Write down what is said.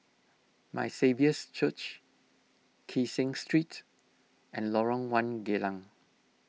My Saviour's Church Kee Seng Street and Lorong one Geylang